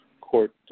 court